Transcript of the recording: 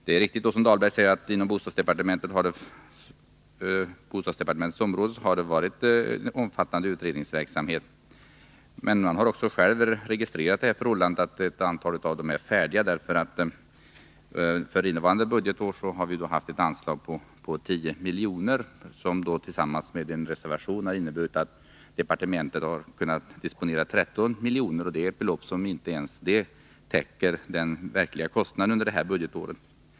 Det är riktigt, som Rolf Dahlberg säger, att det inom bostadsdepartementets område har varit omfattande utredningsverksamhet, men man har också inom departementet registrerat det förhållandet att ett antal av dem är färdiga. För innevarande budgetår har vi haft ett anslag på 10 milj.kr., som tillsammans med ett reservationsanslag har inneburit att departementet har kunnat disponera 13 milj.kr. Inte ens det beloppet täcker den verkliga kostnaden för detta budgetår.